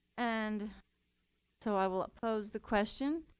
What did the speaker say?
and so i will pose the question.